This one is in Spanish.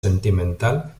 sentimental